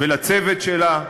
ולצוות שלה,